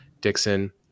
Dixon